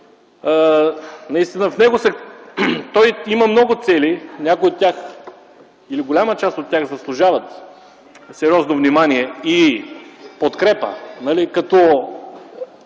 наистина има много цели. Някои от тях или голяма част от тях заслужават сериозно внимание и подкрепа